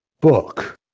book